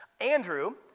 Andrew